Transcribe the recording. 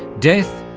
death,